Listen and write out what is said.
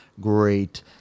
great